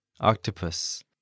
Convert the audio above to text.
Octopus